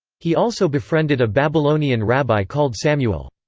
he also befriended a babylonian rabbi called samuel.